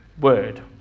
word